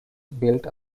built